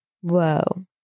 whoa